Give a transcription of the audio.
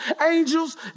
angels